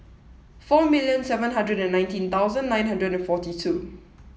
four million seven hundred and nineteen thousand nine hundred forty two